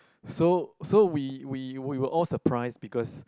so so we we we were all surprised because